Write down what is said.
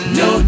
no